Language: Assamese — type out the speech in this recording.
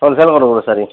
হ'লচেল কৰ্মচাৰী